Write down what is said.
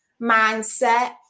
mindset